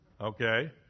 Okay